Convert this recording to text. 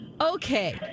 Okay